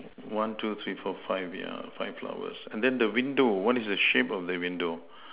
one two three four five yeah five flowers and then the window what is the shape of the window